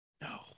No